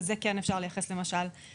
ואת זה אפשר לייחס לקורונה,